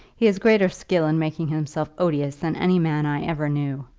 he has greater skill in making himself odious than any man i ever knew.